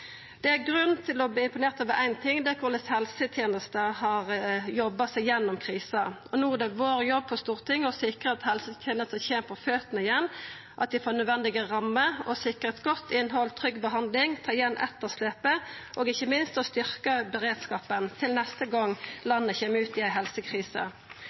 Det viser alvoret. Det er grunn til å verta imponert over éin ting, og det er korleis helsetenesta har jobba seg gjennom krisa. No er det jobben vår på Stortinget å sikra at helsetenesta kjem seg på føtene igjen, at ho får nødvendige rammer, vert sikra eit godt innhald, trygg behandling, at ein tar att etterslepet og ikkje minst styrkjer beredskapen til neste gong landet kjem ut i ei helsekrise.